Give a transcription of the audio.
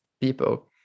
people